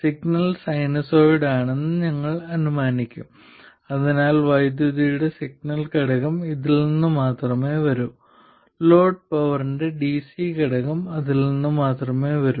signal sinusoid ആണെന്ന് ഞങ്ങൾ അനുമാനിക്കും അതിനാൽ വൈദ്യുതിയുടെ സിഗ്നൽ ഘടകം ഇതിൽ നിന്ന് മാത്രമേ വരൂ ലോഡ് പവറിന്റെ dc ഘടകം അതിൽ നിന്ന് മാത്രമേ വരൂ